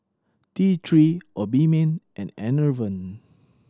T Three Obimin and Enervon